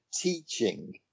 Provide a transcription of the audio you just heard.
teaching